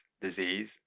disease